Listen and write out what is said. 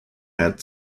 had